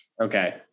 Okay